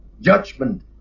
judgment